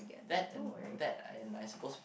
that and that and I suppose